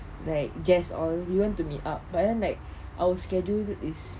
like jess all you want to meet up but then like our schedule is